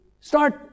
start